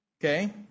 okay